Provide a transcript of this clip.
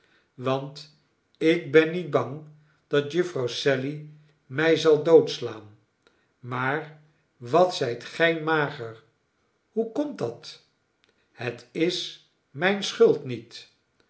want ik ben niet bang dat jufvrouw sally mij zal doodslaan maar wat zijt gij mager hoe komt dat het is mijne schuld niet